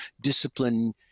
discipline